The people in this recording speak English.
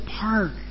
park